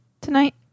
tonight